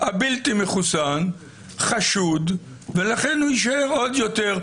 הבלתי מחוסן חשוד ולכן הוא יישאר עוד יותר,